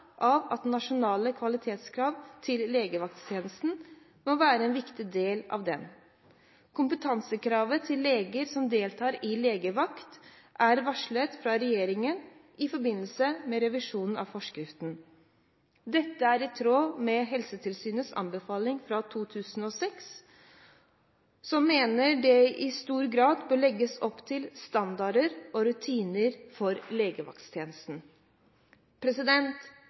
av at nasjonale kvalitetskrav til legevakttjenesten må være en viktig del av den. Kompetansekravet til leger som deltar i legevakt, er varslet fra regjeringen i forbindelse med revisjonen av forskriften. Dette er i tråd med Helsetilsynets anbefaling fra 2006, som mener det i større grad bør legges opp til standarder og rutiner for